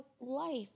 life